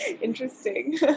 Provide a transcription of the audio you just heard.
interesting